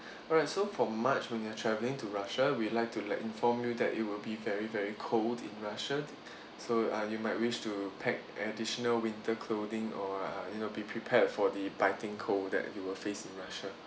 alright so for march when you're travelling to russia we would like to like inform you that it will be very very cold in russia so uh you might wish to pack additional winter clothing or uh you know be prepared for the biting cold that you will face in russia